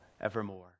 evermore